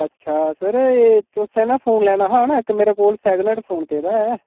अच्छा सर एह् तुसें ना फोन लैना हा ना इक मेरे कोल सैकन हैंड फोन पेदा ऐ